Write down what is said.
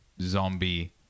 zombie